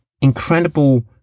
incredible